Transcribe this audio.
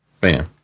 bam